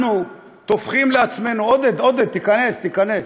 אנחנו טופחים לעצמנו, עודד, עודד, תיכנס, תיכנס.